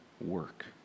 work